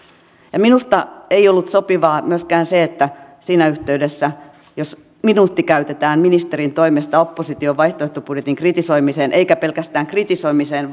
minusta ei ollut sopivaa myöskään se että siinä yhteydessä jos minuutti käytetään ministerin toimesta opposition vaihtoehtobudjetin kritisoimiseen eikä pelkästään kritisoimiseen